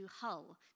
hull